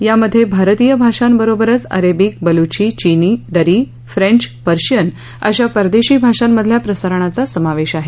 यामध्ये भारतीय भाषांबरोबरच अरेबिक बलुची चीनी दरी फ्रेंच पर्शियन या परदेशी भाषांमधल्या प्रसारणाचा समावेश आहे